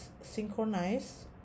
synchronize